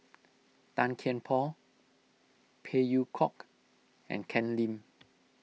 Tan Kian Por Phey Yew Kok and Ken Lim